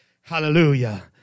Hallelujah